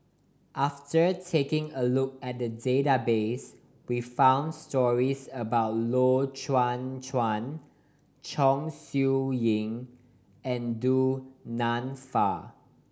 after taking a look at the database we found stories about Loy Chye Chuan Chong Siew Ying and Du Nanfa